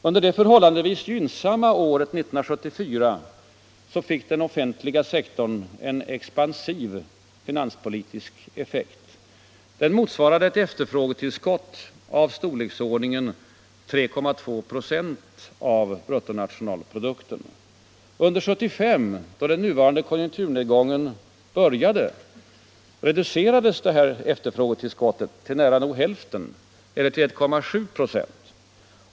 Under det förhållandevis gynnsamma året 1974 gavs den offentliga sektorn en expansiv finanspolitisk effekt. Den motsvarade ett efterfrågetillskott av storleksordningen 3,2 96 av BNP. Under år 1975, då den nuvarande konjunkturnedgången började, reducerades efterfrågetillskottet till nära nog hälften eller till 1,7 926.